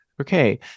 Okay